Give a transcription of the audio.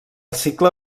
cicle